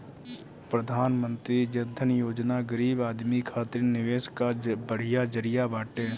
प्रधानमंत्री जन धन योजना गरीब आदमी खातिर निवेश कअ बढ़िया जरिया बाटे